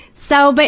so, but